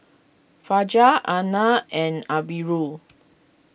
Fajar Aina and Amirul